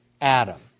Adam